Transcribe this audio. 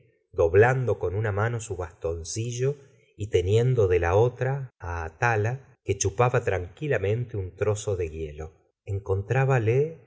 doblando con una mano su bastoncillo y teniendo de la otra atala que chupaba tranquilamente un trozo de hielo encontrábale